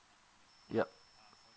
yup